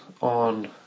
on